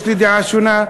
יש לי דעה שונה,